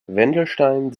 wendelstein